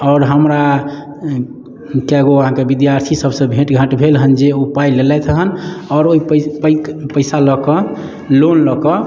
आओर हमरा कए गो अहाँके विद्यार्थी सभसँ भेँट घाट भेल हेँ जे ओ पाइ लेलथि है आओर ओहि पैसा लकऽ लोन लऽ कऽ